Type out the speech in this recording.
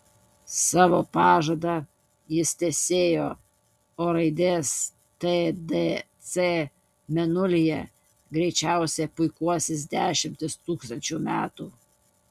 savo pažadą jis tęsėjo o raidės tdc mėnulyje greičiausiai puikuosis dešimtis tūkstančių metų